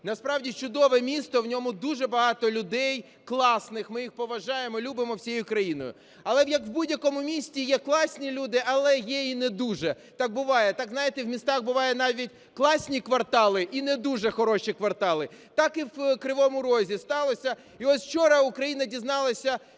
Насправді чудове місто, в ньому дуже багато людей класних, ми їх поважаємо, любимо всією країною. Але як в будь-якому місті є класні люди, але є й не дуже. Так буває, так, знаєте, в містах бувають навіть класні квартали і не дуже хороші квартали. Так і в Кривому Розі сталося. І ось учора Україна дізналася